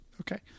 Okay